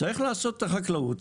צריך לעשות את החקלאות,